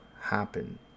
happen